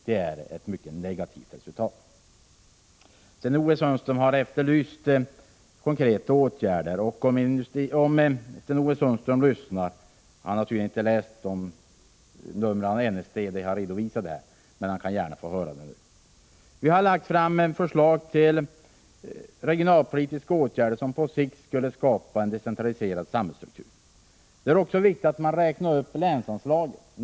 Det är ett mycket negativt resultat. Sten-Ove Sundström har efterlyst konkreta åtgärder. Han har tydligen inte läst de nummer av NSD där jag redovisade detta, men han kan gärna få höra det nu. Vi har lagt fram förslag om regionalpolitiska åtgärder som på sikt skulle skapa en decentraliserad samhällsstruktur. Det är också viktigt att räkna upp länsanslaget.